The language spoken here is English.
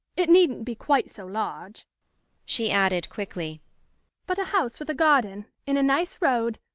it needn't be quite so large she added quickly but a house with a garden, in a nice road,